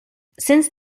since